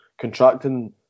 contracting